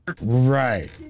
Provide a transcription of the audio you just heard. Right